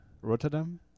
Rotterdam